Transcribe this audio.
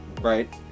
right